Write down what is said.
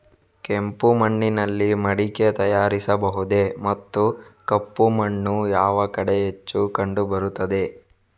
ಕೆಂಪು ಮಣ್ಣಿನಲ್ಲಿ ಮಡಿಕೆ ತಯಾರಿಸಬಹುದೇ ಮತ್ತು ಕಪ್ಪು ಮಣ್ಣು ಯಾವ ಕಡೆ ಹೆಚ್ಚು ಕಂಡುಬರುತ್ತದೆ?